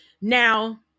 Now